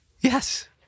Yes